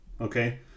Okay